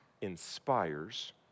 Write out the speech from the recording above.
inspires